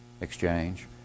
exchange